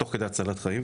תוך כדי הצלת חיים.